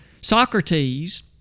Socrates